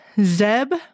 Zeb